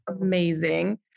amazing